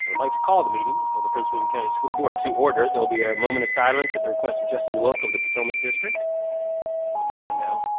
like to call the meeting of the prince william county school board to order. there'll be a moment of silence at the request of justin wilk of the potomac district, so we'll do that now.